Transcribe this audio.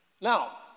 Now